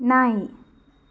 ನಾಯಿ